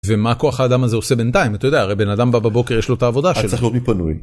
ומה כוח האדם הזה עושה בינתיים? אתה יודע, הרי בן אדם בא בבוקר יש לו את העבודה שלו. אתה צריך לראות מי פנוי.